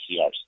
CRs